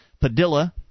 Padilla